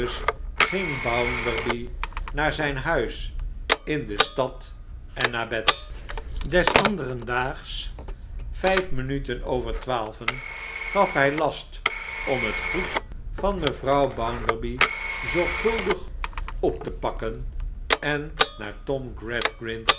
ging bounderby naar zijn huis in de stad en naar bed des anderen daags vijf minuten over twaalven gaf hij last om het goed van mevrouw bounderby zorgvuldig op te pakken en naar tom